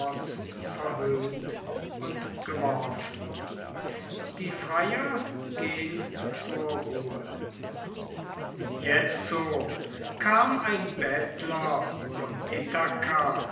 verhöhnt und geworfen die freier gehn zur ruhe jetzo kam ein bettler von